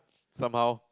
somehow